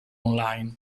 online